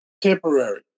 Temporary